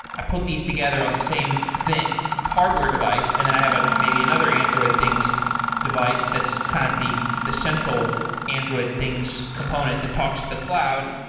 i put these together on the same hardware device and then i have ah maybe another android things device that's kind of the the central android things component that talks to the cloud.